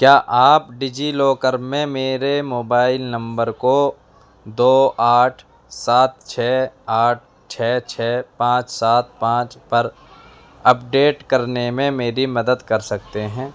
کیا آپ DigiLocker میں میرے موبائل نمبر کو دو آٹھ سات چھ آٹھ چھ چھ پانچ سات پانچ پر اپ ڈیٹ کرنے میں میری مدد کر سکتے ہیں